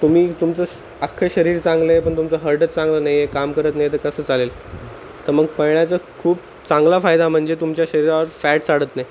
तुम्ही तुमचं आख्ख शरीर चांगलं आहे पण तुमचं हर्टच चांगलं नाही आहे काम करत नाही तर कसं चालेल तर मग पळण्याचा खूप चांगला फायदा म्हणजे तुमच्या शरीरावर फॅट चढत नाही